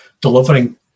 delivering